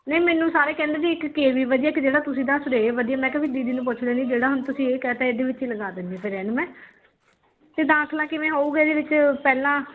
ਨਹੀਂ ਮੈਨੂੰ ਸਾਰੇ ਕਹਿੰਦੇ ਵੀ ਇੱਕ ਕੇਵੀ ਵਧੀਆ ਇੱਕ ਜਿਹੜਾ ਤੁਸੀਂ ਦੱਸ ਰਹੇ ਇਹ ਵਧੀਆ ਮੈਂ ਕਿਹਾ ਵੀ ਦੀਦੀ ਨੂੰ ਪੁੱਛ ਲੈਂਦੀ ਜਿਹੜਾ ਹੁਣ ਤੁਸੀਂ ਇਹ ਕਹਿ ਤਾ ਇਹਦੇ ਵਿੱਚ ਹੀ ਲਗਾ ਦਿੰਦੀ ਫੇਰ ਇਹਨੂੰ ਮੈਂ ਅਤੇ ਦਾਖਲਾ ਕਿਵੇਂ ਹੋਵੇਗਾ ਇਹਦੇ ਵਿੱਚ ਪਹਿਲਾਂ